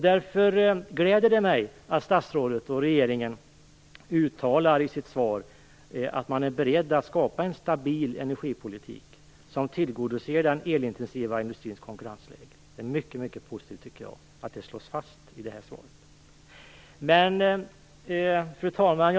Därför gläder det mig att statsrådet och regeringen i svaret uttalar att man är beredd att skapa en stabil energipolitik som beaktar den elintensiva industrins konkurrensläge. Det är mycket positivt att det slås fast i svaret. Fru talman!